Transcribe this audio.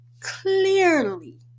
Clearly